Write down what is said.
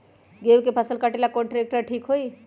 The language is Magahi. गेहूं के फसल कटेला कौन ट्रैक्टर ठीक होई?